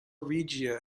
regia